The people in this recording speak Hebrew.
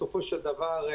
בסופו של דבר,